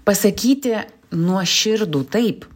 pasakyti nuoširdų taip